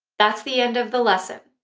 that's the end of the lesson.